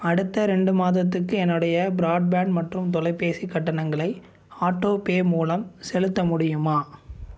அடுத்த ரெண்டு மாதத்துக்கு என்னுடைய பிராட்பேன்ட் மற்றும் தொலைபேசி கட்டணங்களை ஆட்டோபே மூலம் செலுத்த முடியுமா